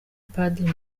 padiri